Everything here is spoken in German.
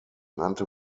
nannte